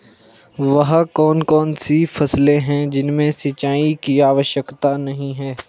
वह कौन कौन सी फसलें हैं जिनमें सिंचाई की आवश्यकता नहीं है?